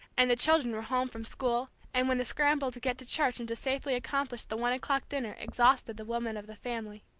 and the children were home from school, and when the scramble to get to church and to safely accomplish the one o'clock dinner exhausted the women of the family.